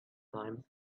times